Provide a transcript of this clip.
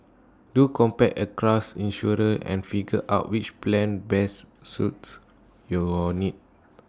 do compare across insurers and figure out which plan best suits your needs